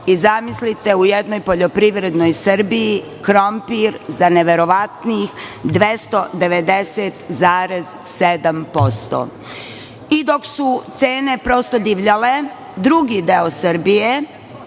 i, zamislite, u jednoj poljoprivrednoj Srbiji, krompir za neverovatnih 290,7%. Dok su cene prosto divljale, drugi deo Srbije